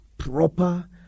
proper